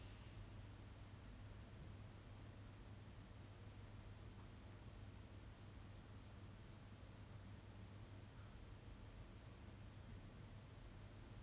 funds house go and like strangle them in their bedroom it's not even like she's outside or like she's at his house and they're doing like some rape play thing this is like messed up guy climbing into